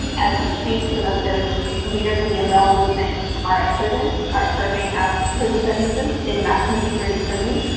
as we speak, some of those leaders of the umbrella movement are in prison, are serving out prison sentences in maximum security prison.